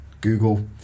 google